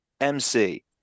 MC